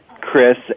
Chris